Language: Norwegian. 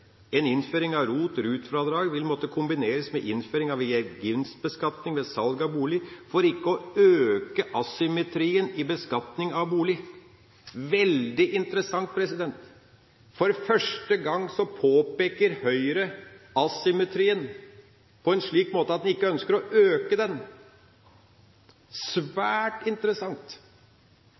En innføring av ROT/RUT-fradrag vil måtte kombineres med innføring av gevinstbeskatning ved salg av bolig for ikke å øke asymmetrien i beskatningen av bolig». Det er veldig interessant! For første gang påpeker Høyre asymmetrien på en slik måte at man ikke ønsker å øke den. Det er svært interessant.